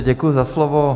Děkuji za slovo.